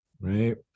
right